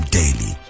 daily